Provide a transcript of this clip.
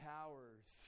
Towers